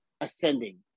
ascending